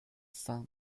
cents